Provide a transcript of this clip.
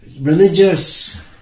religious